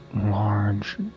large